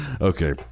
Okay